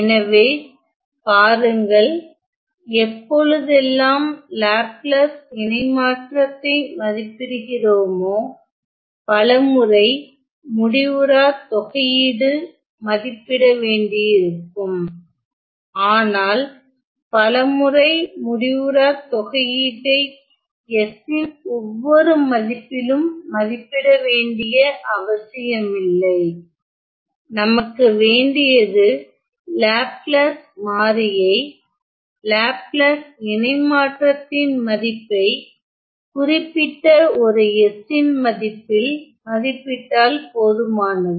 எனவே பாருங்கள் எப்பொழுதெல்லாம் லாப்லாஸ் இணைமாற்றத்தை மதிப்பிடுகிறோமோ பலமுறை முடிவுறாத் தொகையீடு மதிப்பிட வேண்டியிருக்கும் ஆனால் பலமுறை முடிவுறாத் தொகையீட்டை s ன் ஒவ்வொரு மதிப்பிலும் மதிப்பிட வேண்டிய அவசியமில்லை நமக்கு வேண்டியது லாப்லாஸ் மாறியை லாப்லாஸ் இணைமாற்றத்தின் மதிப்பை குறிப்பிட்ட ஒரு s ன் மதிப்பில் மதிப்பிட்டால் போதுமானது